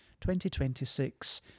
2026